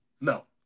No